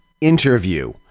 interview